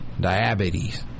Diabetes